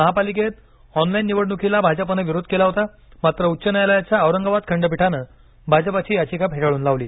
महापालिकेत ऑनलाइन निवडणुकीला भाजपानं विरोध केला होता मात्र उच्च न्यायालयाच्या औरंगाबाद खंडपीठानं भाजपाची याचिका फेटाळून लावली